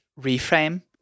reframe